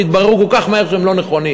שהתברר כל כך מהר שהם לא נכונים.